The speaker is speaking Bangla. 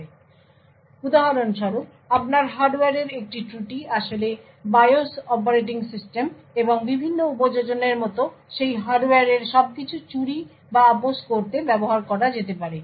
সুতরাং উদাহরণস্বরূপ আপনার হার্ডওয়্যারের একটি ত্রুটি আসলে BIOS অপারেটিং সিস্টেম এবং বিভিন্ন উপযোজনের মতো সেই হার্ডওয়্যারের সবকিছু চুরি বা আপস করতে ব্যবহার করা যেতে পারে